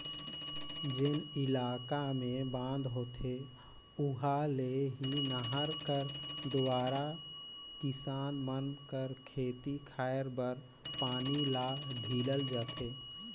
जेन इलाका मे बांध होथे उहा ले ही नहर कर दुवारा किसान मन कर खेत खाएर बर पानी ल ढीलल जाथे